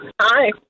Hi